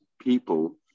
people